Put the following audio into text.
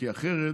כי אחרת